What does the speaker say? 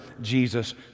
Jesus